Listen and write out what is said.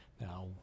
Now